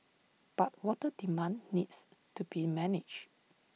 but water demand needs to be managed